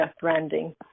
branding